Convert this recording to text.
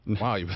Wow